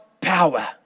power